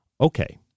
Okay